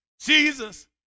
jesus